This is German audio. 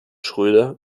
schröder